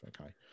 okay